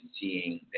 seeing